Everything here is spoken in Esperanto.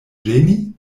ĝeni